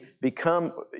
become